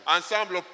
Ensemble